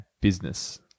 Business